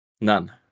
None